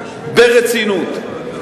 ברצינות,